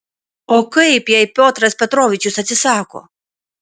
o kaip jei piotras petrovičius atsisako